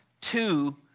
two